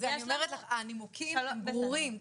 הנימוקים הם ברורים.